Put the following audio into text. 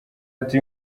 ati